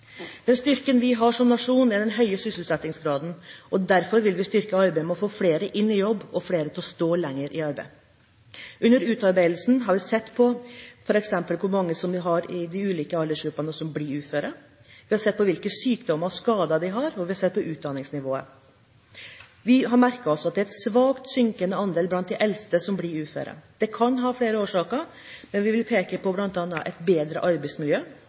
Styrken vi har som nasjon, er den høye sysselsettingsgraden. Derfor vil vi styrke arbeidet med å få flere inn i jobb og flere til å stå lenger i arbeid. Under utarbeidelsen har vi f.eks. sett på hvor mange i de ulike aldersgruppene som blir uføre, vi har sett på hvilke sykdommer og skader de har, og vi har sett på utdanningsnivået. Vi har merket oss at det er en svakt synkende andel blant de eldste som blir uføre. Det kan ha flere årsaker, men vi vil bl.a. peke på bedre arbeidsmiljø,